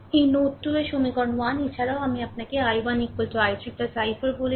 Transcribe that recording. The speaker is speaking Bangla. এটি নোড 2 এ সমীকরণ 1 এছাড়াও আমি আপনাকে i1 i3 i4 বলেছি